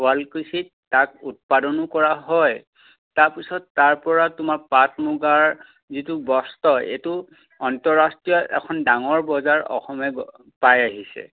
শুৱালকুচিত তাক উৎপাদন কৰা হয় তাৰপিছত তাৰপৰা তোমাৰ পাট মুগাৰ যিটো বস্ত্ৰ এইটো আন্তঃৰাষ্ট্ৰীয় এখন ডাঙৰ বজাৰ অসমে পাই আহিছে